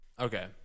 Okay